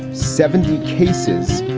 seventy cases,